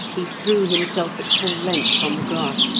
he threw himself at full length on the grass,